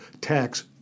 tax